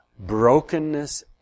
brokenness